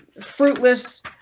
fruitless